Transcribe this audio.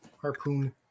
Harpoon